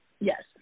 Yes